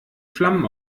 flammen